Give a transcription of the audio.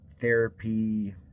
therapy